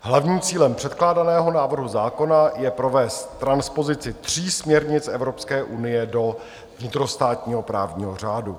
Hlavním cílem předkládaného návrhu zákona je provést transpozici tří směrnic Evropské unie do vnitrostátního právního řádu.